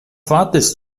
wartest